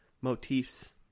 motifs